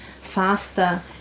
faster